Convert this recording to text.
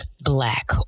black